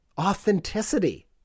Authenticity